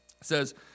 says